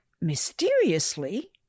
mysteriously